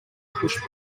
push